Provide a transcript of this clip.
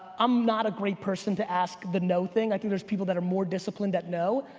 i'm not a great person to ask the no thing. i think there's people that are more disciplined that know.